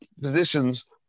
positions